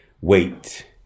Wait